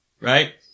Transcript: right